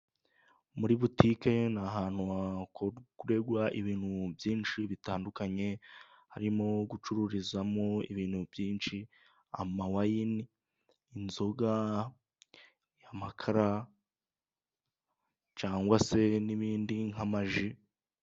Muri butike ni ahantu hakorerwa ibintu byinshi bitandukanye, harimo gucururizwamo ibintu byinshi: amawayini, inzoga, amakara, cyangwa se n'ibindi nk'amaji.